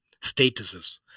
statuses